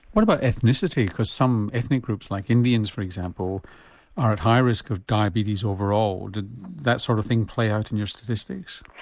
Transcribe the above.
what about ethnicity because some ethnic groups like indians for example are at high risk of diabetes overall, did that sort of thing play out in and your statistics?